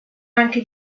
anche